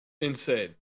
Insane